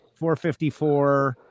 454